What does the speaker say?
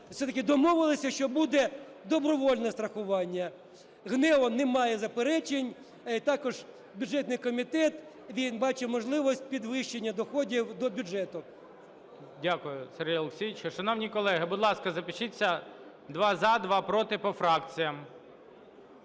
все-таки домовилися, що буде добровільне страхування. У ГНЕУ немає заперечень. Також бюджетний комітет, він бачить можливість підвищення доходів до бюджету. ГОЛОВУЮЧИЙ. Дякую, Сергію Олексійовичу. Шановні колеги, будь ласка, запишіться: два - за, два – проти по фракціях.